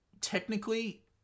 Technically